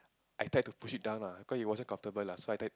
I try to push it down lah cause it wasn't comfortable lah so I tried